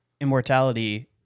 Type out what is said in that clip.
Immortality